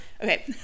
Okay